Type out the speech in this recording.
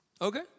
Okay